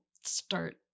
start